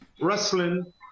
wrestling